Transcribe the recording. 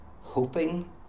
hoping